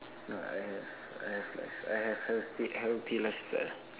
no I have I have life I have healthy healthy lifestyle